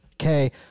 okay